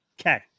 okay